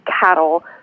cattle